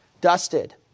dusted